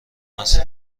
است